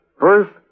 First